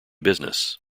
business